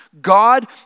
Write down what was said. God